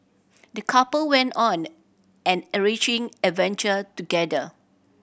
the couple went on an enriching adventure together